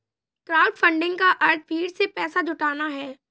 crowdfunding का अर्थ भीड़ से पैसा जुटाना है